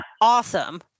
awesome